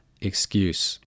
excuse